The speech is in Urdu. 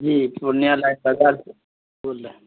جی پورنیہ لائن بازار سے بول رہا ہوں